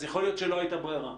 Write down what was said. אז יכול להיות שלא הייתה ברירה,